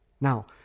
Now